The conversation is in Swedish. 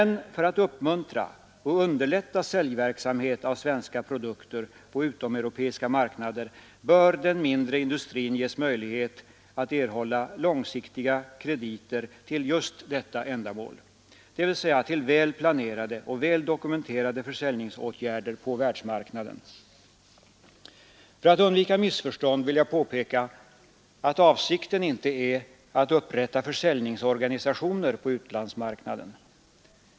För att uppmuntra och underlätta säljandet av svenska produkter på utomeuropeiska marknader bör den mindre industrin ges möjlighet att erhålla långsiktiga krediter till just detta ändamål, dvs. till väl planerade och väl dokumenterade försäljningsåtgärder på världsmarknaden. Till undvikande av missförstånd vill jag påpeka att avsikten inte är att upprätta försäljningsorganisationer på utlandsmarknaden.